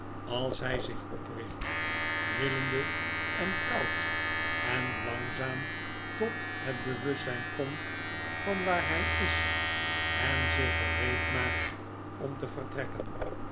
als hy zich opricht rillende en koud en langzaam tot het bewustzijn komt van waar hij is en zich gereedmaakt om te vertrekken